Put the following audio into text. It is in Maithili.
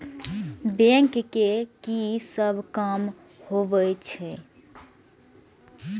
बैंक के की सब काम होवे छे?